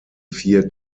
vier